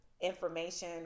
information